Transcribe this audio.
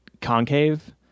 concave